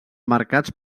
marcats